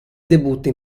debutta